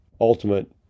ultimate